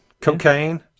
Cocaine